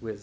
with